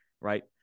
right